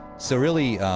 so really,